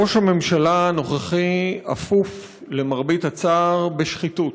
ראש הממשלה הנוכחי אפוף, למרבה הצער, בשחיתות,